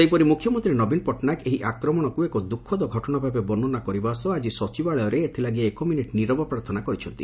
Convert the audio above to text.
ସେହିପରି ମୁଖ୍ୟମନ୍ତୀ ନବୀନ ପଟ୍ଟନାୟକ ଏହି ଆକ୍ରମଣକୁ ଏକ ଦୁଖଦ ଘଟଶାଭାବେ ବର୍ଷ୍ନା କରିବା ସହ ଆଜି ସଚିବାଳୟରେ ଏଥିଲାଗି ଏକମିନିଟ୍ ନୀରବ ପ୍ରାର୍ଥନା କରିଛନ୍ତି